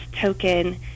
token